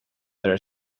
there